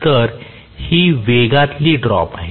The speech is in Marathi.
तर ही वेगातील ड्रॉप आहे